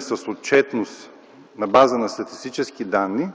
с отчетност на база на статистически данни,